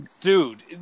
dude